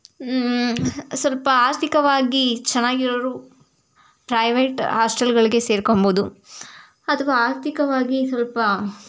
ಸ್ವಲ್ಪ ಆರ್ಥಿಕವಾಗಿ ಚೆನ್ನಾಗಿರೋರು ಪ್ರೈವೇಟ್ ಹಾಸ್ಟೆಲ್ಗಳಿಗೆ ಸೇರ್ಕೊಬೋದು ಅಥವಾ ಆರ್ಥಿಕವಾಗಿ ಸ್ವಲ್ಪ